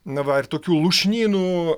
na va ir tokių lūšnynų